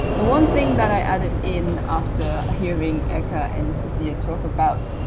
the one thing that i added in after hearing eka and sophia talk about